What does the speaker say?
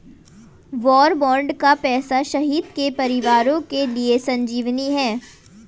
वार bond का पैसा शहीद के परिवारों के लिए संजीवनी है